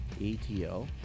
ATL